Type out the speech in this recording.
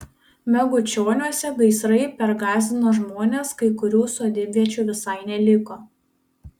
megučioniuose gaisrai pergąsdino žmones kai kurių sodybviečių visai neliko